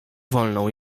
wolną